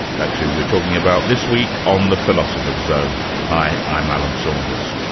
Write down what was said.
that's who we're talking about this week on the philosopher's zone. hi, i'm alan saunders.